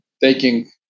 taking